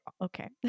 Okay